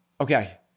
Okay